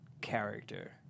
character